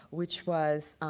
which was,